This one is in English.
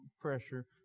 pressure